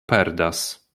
perdas